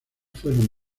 fueron